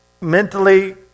mentally